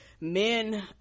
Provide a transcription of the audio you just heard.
men